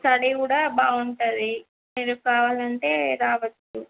study కూడా బాగుంటుంది మీరు కావాలంటే రావచ్చు